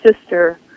sister